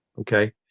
Okay